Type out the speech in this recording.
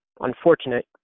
unfortunate